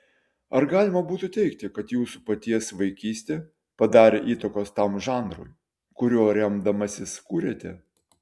ar galima būtų teigti kad jūsų paties vaikystė padarė įtakos tam žanrui kuriuo remdamasis kuriate